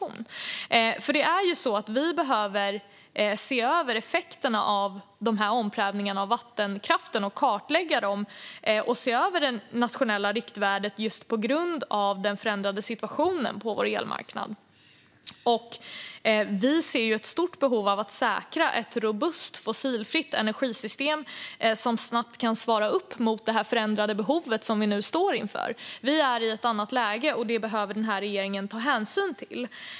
Vi behöver se över effekterna av omprövningarna av vattenkraften och kartlägga dem. Vi behöver se över det nationella riktvärdet just på grund av den förändrade situationen på vår elmarknad. Vi ser ett stort behov av att säkra ett robust fossilfritt energisystem som snabbt kan svara upp mot det förändrade behov som Sverige nu står inför. Sverige är i ett annat läge, och det behöver den här regeringen ta hänsyn till.